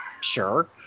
Sure